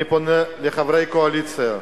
אני פונה לחברי הקואליציה: